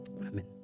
amen